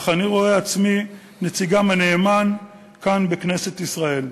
אך אני רואה עצמי נציגכם הנאמן כאן בכנסת ישראל.